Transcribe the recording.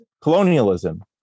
colonialism